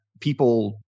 people